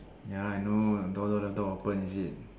ya I know the door door door don't open is it